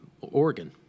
Oregon